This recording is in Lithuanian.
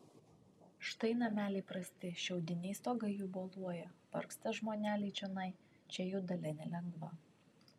štai nameliai prasti šiaudiniai stogai jų boluoja vargsta žmoneliai čionai čia jų dalia nelengva